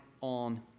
on